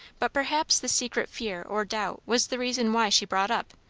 but perhaps the secret fear or doubt was the reason why she brought up,